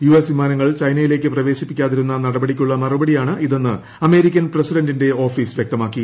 US വിമാനങ്ങൾ ചൈനയിലേക്ക് പ്രവേശിപ്പിക്കാതിരുന്ന നടപടിയ്ക്കുള്ള മറുപടിയാണിതെന്ന് അമേരിക്കൻ പ്രസിഡന്റിന്റെ ഓഫീസ് വ്യക്തമാക്കി